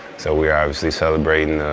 so we were obviously celebrating